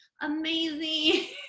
amazing